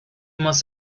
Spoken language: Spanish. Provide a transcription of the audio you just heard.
más